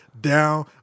down